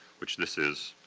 which this is,